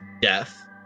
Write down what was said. death